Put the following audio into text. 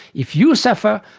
if you suffer,